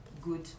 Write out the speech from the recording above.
good